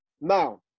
now